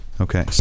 Okay